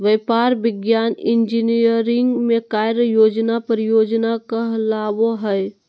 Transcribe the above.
व्यापार, विज्ञान, इंजीनियरिंग में कार्य योजना परियोजना कहलाबो हइ